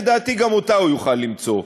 לדעתי גם אותה הוא יוכל למצוא,